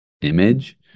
image